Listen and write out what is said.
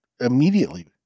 immediately